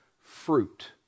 fruit